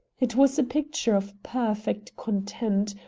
it was a picture of perfect content,